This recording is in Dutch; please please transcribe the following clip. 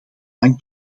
lang